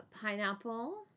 pineapple